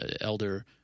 elder